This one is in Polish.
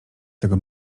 tego